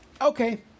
Okay